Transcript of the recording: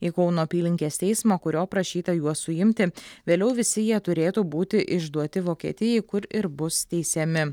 į kauno apylinkės teismą kurio prašyta juos suimti vėliau visi jie turėtų būti išduoti vokietijai kur ir bus teisiami